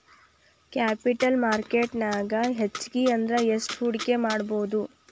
Capital market ನ್ಯಾಗ್ ಹೆಚ್ಗಿ ಅಂದ್ರ ಯೆಸ್ಟ್ ಹೂಡ್ಕಿಮಾಡ್ಬೊದು?